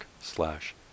slash